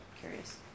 curious